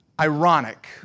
ironic